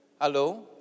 Hello